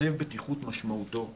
הקצב בטיחות משמעותו שהממשלה,